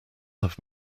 have